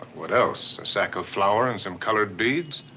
what else? a sack of flour and some colored beads?